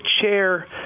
chair